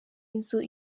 inzu